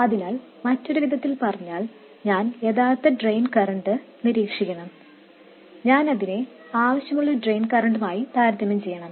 അതിനാൽ മറ്റൊരു വിധത്തിൽ പറഞ്ഞാൽ ഞാൻ യഥാർത്ഥ ഡ്രെയിൻ കറന്റ് നിരീക്ഷിക്കണം ഞാൻ അതിനെ ആവശ്യമുള്ള ഡ്രെയിൻ കറന്റുമായി താരതമ്യം ചെയ്യണം